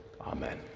Amen